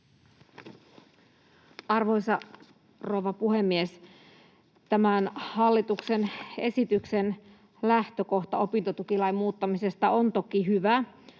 Arvoisa rouva puhemies! Tämän hallituksen esityksen lähtökohta opintotukilain muuttamisesta on toki hyvä.